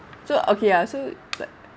so okay ya so like